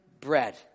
bread